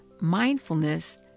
mindfulness